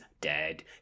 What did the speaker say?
dead